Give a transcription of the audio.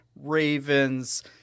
Ravens